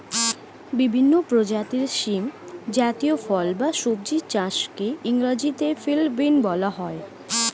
বিভিন্ন প্রজাতির শিম জাতীয় ফল বা সবজি চাষকে ইংরেজিতে ফিল্ড বিন বলা হয়